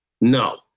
no